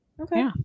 Okay